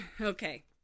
okay